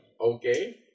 Okay